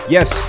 Yes